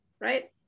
right